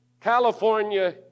California